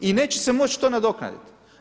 I neće se moći to nadoknaditi.